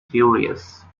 furious